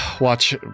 Watch